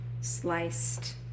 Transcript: sliced